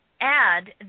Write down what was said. add